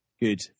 good